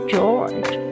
George